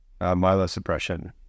Myelosuppression